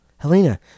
Helena